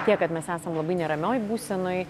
tiek kad mes esam labai neramioj būsenoj